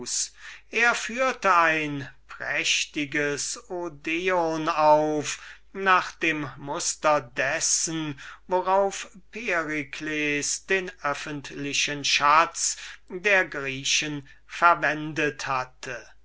er führte ein prächtiges odeon nach dem muster dessen worauf perikles den öffentlichen schatz der griechen verwendet hatte